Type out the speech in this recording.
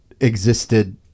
existed